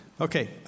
Okay